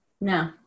No